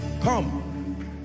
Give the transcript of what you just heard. come